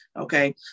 Okay